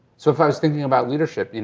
so if i was thinking about leadership, and